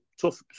tough